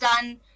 done